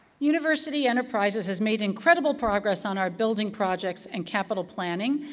university enterprises has made incredible progress on our building projects and capital planning.